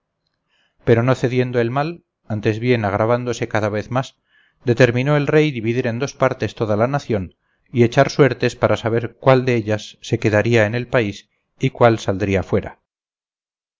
pero no cediendo el mal antes bien agravándose cada vez más determinó el rey dividir en dos partes toda la nación y echar suertes para saber cuál de ellas se quedaría en el país y cuál saldría fuera